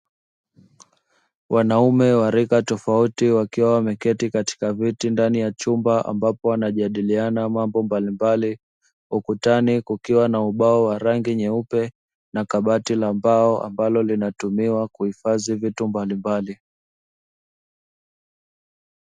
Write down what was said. Wanaume wa rika tofauti wakiwa wameketi katika viti ndani ya chumba ambapo wanajadiliana mambo mbalimbali, ukutani kukiwa na ubao wa rangi nyeupe na kabati la mbao ambalo linatumiwa kuhifadhi vitu mbalimbali."